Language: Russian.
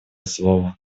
слово